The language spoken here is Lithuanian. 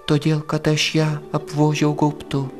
todėl kad aš ją apvožiau gaubtu